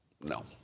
no